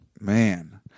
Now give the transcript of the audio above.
Man